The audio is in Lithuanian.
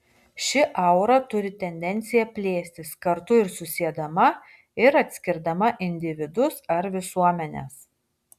ši aura turi tendenciją plėstis kartu ir susiedama ir atskirdama individus ar visuomenes